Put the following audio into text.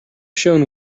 shone